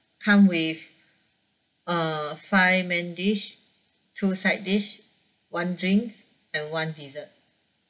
come with uh five main dish two side dish one drinks and one dessert